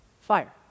fire